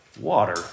Water